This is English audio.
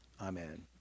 Amen